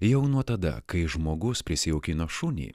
jau nuo tada kai žmogus prisijaukino šunį